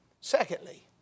Secondly